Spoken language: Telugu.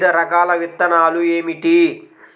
వివిధ రకాల విత్తనాలు ఏమిటి?